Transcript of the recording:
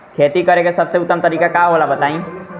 खेती करे के सबसे उत्तम तरीका का होला बताई?